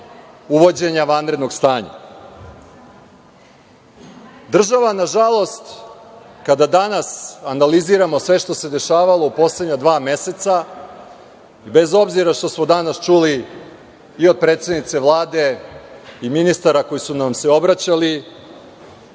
uvođenja vanrednog stanja. Država, nažalost, kada danas analiziramo šta se dešavalo u poslednja dva meseca, bez obzira što smo danas čuli i od predsednice Vlade i ministara koji su nam se obraćali,